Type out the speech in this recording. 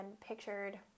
pictured